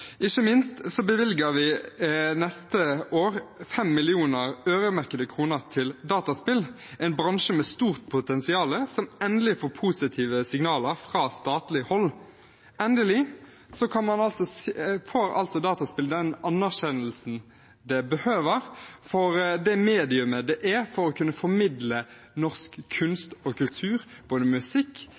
Ikke minst bevilger vi neste år 5 mill. øremerkede kroner til dataspill – en bransje med stort potensial, som endelig får positive signaler fra statlig hold. Endelig får altså dataspill den anerkjennelsen det behøver for å kunne være et medium for å formidle norsk kunst og kultur, både musikk,